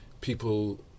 people